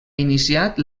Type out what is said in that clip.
iniciat